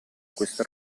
questo